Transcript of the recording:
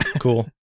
Cool